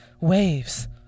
waves